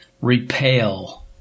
repel